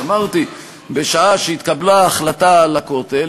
אמרתי: בשעה שהתקבלה ההחלטה על הכותל,